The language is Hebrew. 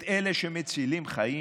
את אלה שמצילים חיים?